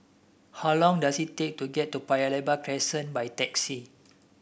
how long does it take to get to Paya Lebar Crescent by taxi